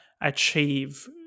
achieve